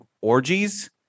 orgies